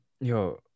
yo